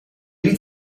liet